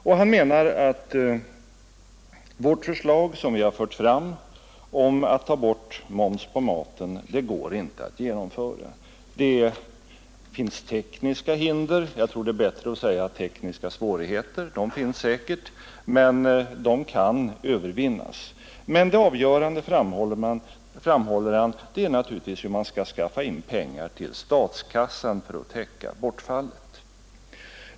Och han menar att det förslag som vi har fört fram om att ta bort momsen på maten går inte att genomföra — det finns tekniska hinder. Jag tror det är bättre att säga svårigheter, för sådana finns säkerligen, men de kan övervinnas. Det avgörande är dock naturligtvis, framhåller finansministern, hur man skall skaffa in pengar till statskassan för att täcka bortfallet.